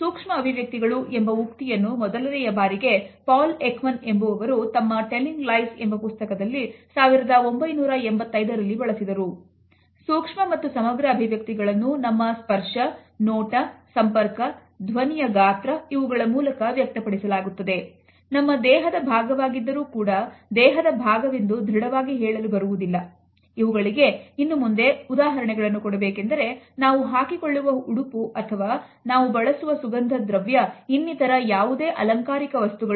ಸೂಕ್ಷ್ಮ ಅಭಿವ್ಯಕ್ತಿಗಳು ಎಂಬ ಉಕ್ತಿಯನ್ನು ಮೊದಲನೆಯ ಬಾರಿಗೆ Paul Ekman ಎಂಬುವರು ತಮ್ಮ Telling Lies ಎಂಬ ಪುಸ್ತಕದಲ್ಲಿ 1985 ರಲ್ಲಿಇವುಗಳಿಗೆ ಇನ್ನು ಮುಂದೆ ಉದಾಹರಣೆಗಳು ಕೊಡಬೇಕೆಂದರೆ ನಾವು ಹಾಕಿಕೊಳ್ಳುವ ಉಡುಪು ಅಥವಾ ನಾವು ಬಳಸುವ ಸುಗಂಧದ್ರವ್ಯ ಇನ್ನಿತರ ಯಾವುದೇ ಅಲಂಕಾರಿಕ ವಸ್ತುಗಳು